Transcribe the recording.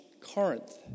Corinth